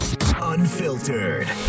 Unfiltered